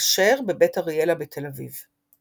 אשר בבית אריאלה בתל אביב.